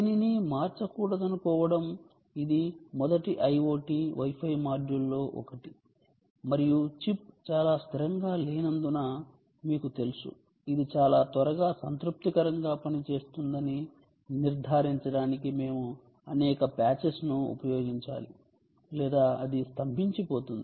దేనినీ మార్చకూడదనుకోవడం ఇది మొదటి IoT Wi Fi మాడ్యూల్లో ఒకటి మరియు చిప్ చాలా స్థిరంగా లేనందున మీకు తెలుసు ఇది చాలా త్వరగా సంతృప్తికరంగా పనిచేస్తుందని నిర్ధారించడానికి మేము అనేక patches ను ఉపయోగించాలి లేదా అది స్తంభించిపోతుంది